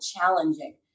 challenging